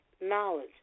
knowledge